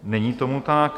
Není tomu tak.